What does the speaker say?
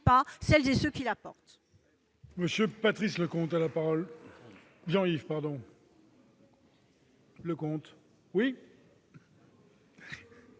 pas celles et ceux qui la portent